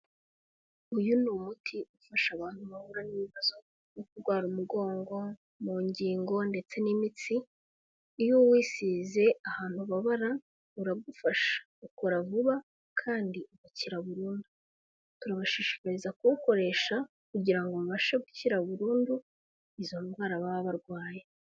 Uyu ni umuti ufasha abantu bahura n'ibibazo byo kurwara umugongo, mu ngingo ndetse n'imitsi. Iyo uwisize ahantu ubabara, uragufasha ,ukora vuba kandi ugakira burundu, turabashishikariza kuwukoresha kugirango babashe gucyira burundu izo ndwara baba barwaye.